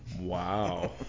Wow